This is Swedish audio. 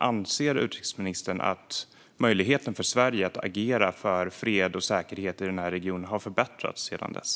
Anser utrikesministern att möjligheten för Sverige att agera för fred och säkerhet i denna region har förbättrats sedan dess?